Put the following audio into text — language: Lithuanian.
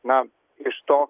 na iš to